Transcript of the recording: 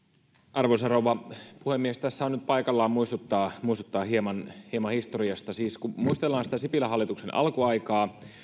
arvoisa rouva puhemies tässä on nyt paikallaan muistuttaa muistuttaa hieman hieman historiasta kun muistellaan sipilän hallituksen alkuaikaa